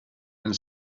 and